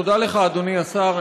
תודה לך, אדוני השר.